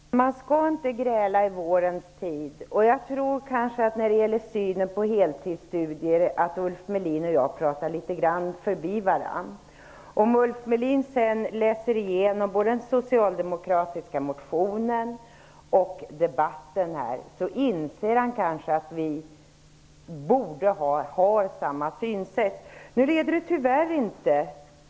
Herr talman! Man skall inte gräla i vårens tid. Jag tror att när det gäller synen på heltidsstudier pratar Ulf Melin och jag litet grand förbi varandra. Om Ulf Melin läser igenom både den socialdemokratiska motionen och debatten här, inser han kanske att vi har samma synsätt.